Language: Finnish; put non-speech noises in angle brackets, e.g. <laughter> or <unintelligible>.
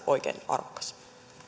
<unintelligible> oikein arvokas